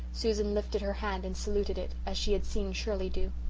susan lifted her hand and saluted it, as she had seen shirley do.